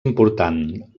important